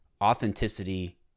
authenticity